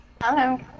hello